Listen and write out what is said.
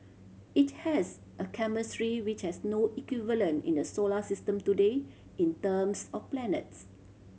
it has a chemistry which has no equivalent in the solar system today in terms of planets